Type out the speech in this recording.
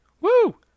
Woo